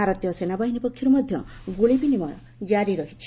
ଭାରତୀୟ ସେନାବାହିନୀ ପକ୍ଷରୁ ମଧ୍ୟ ଗୁଳି ବିନିମୟ ଜାରି ରହିଛି